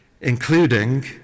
including